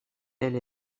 elle